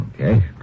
Okay